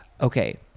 okay